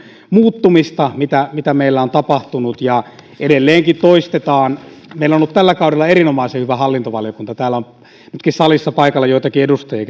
muuttumista jota meillä on tapahtunut ja edelleenkin toistetaan meillä on ollut tällä kaudella erinomaisen hyvä hallintovaliokunta täällä on nytkin salissa paikalla joitakin edustajia